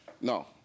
No